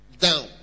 down